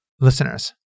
Listeners